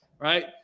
right